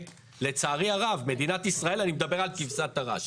לצערי הרב, מדינת ישראל, אני מדבר על כבשת הרש.